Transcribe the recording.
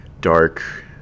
dark